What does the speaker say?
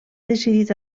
decidit